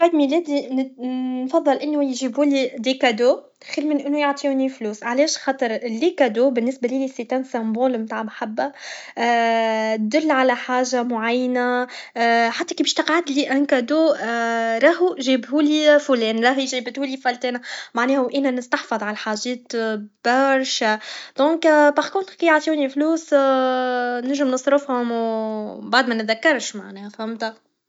فعيد ميلادي نفضل اني يجيبولي دي كادو خير من انو يعطيوني فلوس علاش خاطر لي كادو بالنسبه ليا سي تان سمبول نتاع لمحبه يدل على حاجه معينه حتى كي بش تقعدلي لكادو راهو جابولي فلان راهي جابتهولي فلتانه معناه و انا نستحفظ عللى الحاجات بارشه دونك باغ كونطخ كي يعطوني لفلوس نجم نصرفهم و مبعد منتذكرش فهمت